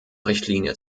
richtlinie